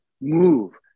move